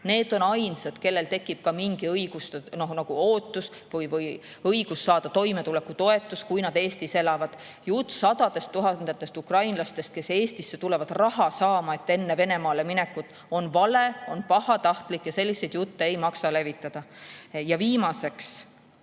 Nemad on ainsad, kellel tekib mingi õigustatud ootus või õigus saada toimetulekutoetust, kui nad Eestis elavad. Jutt sadadest tuhandetest ukrainlastest, kes Eestisse tulevad raha saama enne Venemaale minekut, on vale ja pahatahtlik. Selliseid jutte ei maksa levitada. Ja viimaseks,